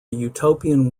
utopian